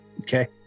Okay